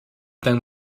them